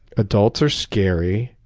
adults are scary.